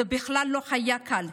זה בכלל לא היה קל,